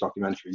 documentaries